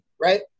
Right